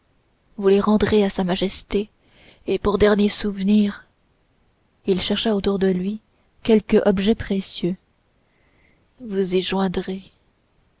vous les rendrez à sa majesté et pour dernier souvenir il chercha autour de lui quelque objet précieux vous y joindrez